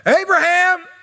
Abraham